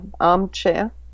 armchair